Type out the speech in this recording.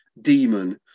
demon